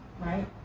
right